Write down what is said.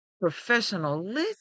professionalism